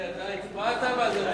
רוני, אתה הצבעת על זה.